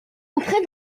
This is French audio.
auprès